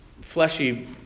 fleshy